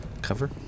cover